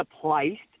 placed